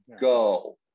go